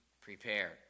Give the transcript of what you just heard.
prepared